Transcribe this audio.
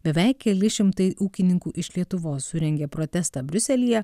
beveik keli šimtai ūkininkų iš lietuvos surengė protestą briuselyje